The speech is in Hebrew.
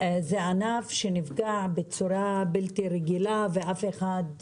זה ענף שנפגע בצורה בלתי רגילה ואף אחד,